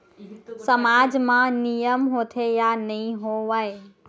सामाज मा नियम होथे या नहीं हो वाए?